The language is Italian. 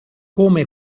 come